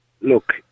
look